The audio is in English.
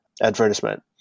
advertisement